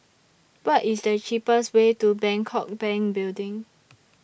What IS The cheapest Way to Bangkok Bank Building